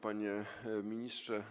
Panie Ministrze!